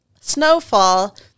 snowfall